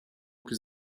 plus